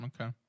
Okay